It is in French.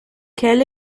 quel